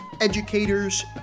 educators